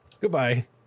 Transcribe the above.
goodbye